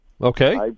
Okay